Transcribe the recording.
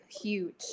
huge